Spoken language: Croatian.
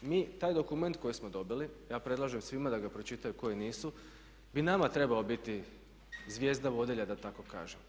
Mi taj dokument koji smo dobili ja predlažem svima da ga pročitaju koji nisu bi nama trebao biti zvijezda vodilja da tako kažem.